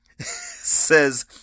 says